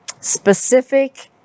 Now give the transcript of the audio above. specific